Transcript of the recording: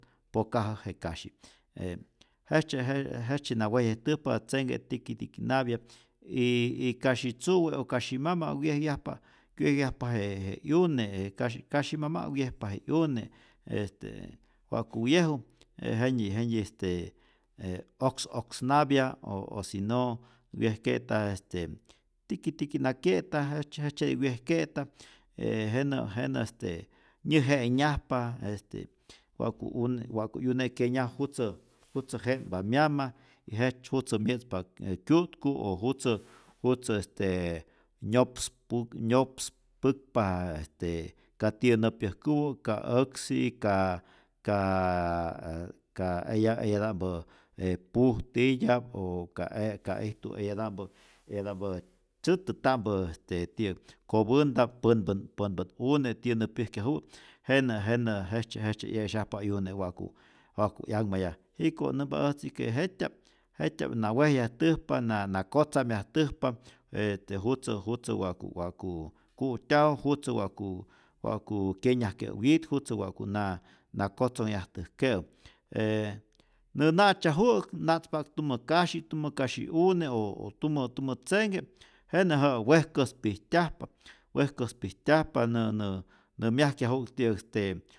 Pokajä je kasyi', e jejtzye je jejtzye na wejyajtäjpa, tzenhke tikitiki napya y y kasyi tzu'we o kasyi mama wyejyajpa wyejyajpa je je 'yune e kasyi kasyi mama' wyejpa je 'yune, este wa'ku wyeju jentyi jentyi este e oks oks napya o o si no wyejke'ta este tikitikinakye'ta jejtzye jejtzyeti wyejke'ta, jenä jenä este nyäje'nyajpa este wa'ku une 'yune' kyenyaj jutzä jutzä je'npa myama y jejtzye jutzä mye'tzpa je kyu'tku o jutzä jutzä este nyops pu nyops päkpa este ka tiyä nä pyäjkupä, ka äksi, ka k ka eya eyata'mpä e puj titya'p o ka e ka ijtu eyata'mpä eyata'mpä e tzät'täta'mpä este ti'yäk kopänta'p, pänpän pänpän'une' tiyä nä pyäjkyajupä jenä jenä' jejtzye jejtzye 'yesyajpa 'yune wa'ku wa'ku 'yanhmayaj, jiko nämpa äjtzi' que jet'tya'p jet'tya'p na wejyajtäjpa, na na kotzamyajtäjpa este jutzä jutzä wa'ku wa'ku ku'tyaju, jutzä wa'ku wa'ku kyenyajke'u wyit, jutzä wa'ku na kyotzonhyajtäjke'u, e nä na'tzyaju'äk, na'tzpa'k tumä kasyi, tumä kasyi une o tumä tumä tzenhke, jenä' jä'ä wejkäspijtyajpa, wejkäspijtyajpa nä nä na myajkyaju'k ti'yä este